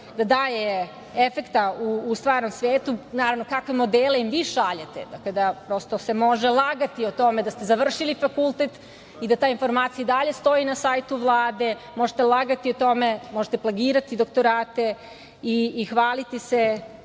da daje efekta u stvarno svetu, naravno kakve modele im vi šaljete kada prosto se može lagati o tome da ste završili fakultet i da ta informacija i dalje stoji na sajtu Vlade, možete lagati o tome, možete plagirati doktorate i hvaliti se